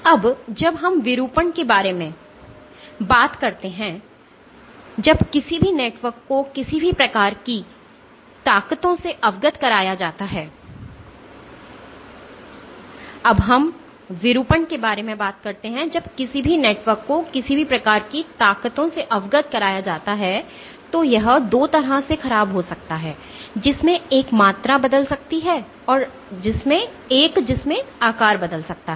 अब जब हम विरूपण के बारे में बात करते हैं जब किसी भी नेटवर्क को किसी भी प्रकार की ताकतों से अवगत कराया जाता है तो यह 2 तरह से ख़राब हो सकता है जिसमें एक मात्रा बदल सकती है और एक जिसमें आकार बदल सकता है